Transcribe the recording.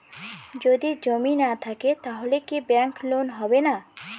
যদি জমি না থাকে তাহলে কি ব্যাংক লোন হবে না?